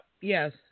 Yes